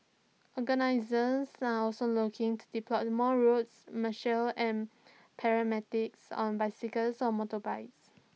organisers are also looking to deploy more routes and paramedics on bicycles or motorbikes